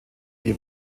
die